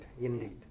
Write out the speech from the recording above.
indeed